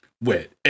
Wait